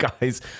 Guys